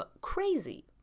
Crazy